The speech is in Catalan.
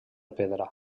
pedra